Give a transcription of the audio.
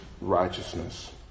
righteousness